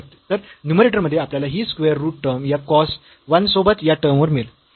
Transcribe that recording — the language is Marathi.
तर न्यूमरेटर मध्ये आपल्याला ही स्क्वेअर रूट टर्म या cos 1 सोबत या टर्म वर मिळेल